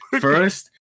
First